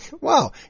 wow